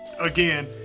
again